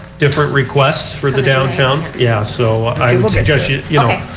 different requests for the downtown. yeah so i suggest you yeah